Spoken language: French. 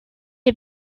est